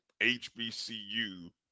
HBCU